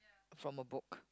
from a book